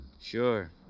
Sure